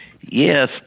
Yes